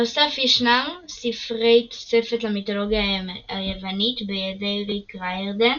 בנוסף ישנם ספרי תוספת למיתולוגיה היוונית בידי ריק ריירדן